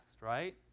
right